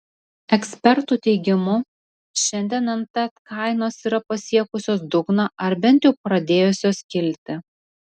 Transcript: ekspertų teigimu šiandien nt kainos yra pasiekusios dugną ar bent jau pradėjusios kilti